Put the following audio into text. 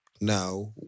now